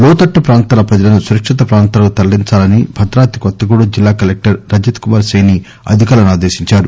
లోతట్టు ప్రాంతాల ప్రజలను సురక్షిత ప్రాంతాలకు తరలీంచాలని భద్రాద్రి కొత్తగూడెం జిల్లాకలెక్టర్ రజత్ కుమార్ సైనీ అధికారులను ఆదేశించారు